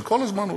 זה כל הזמן עולה.